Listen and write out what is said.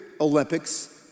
Olympics